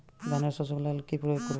ধানের শোষক লাগলে কি প্রয়োগ করব?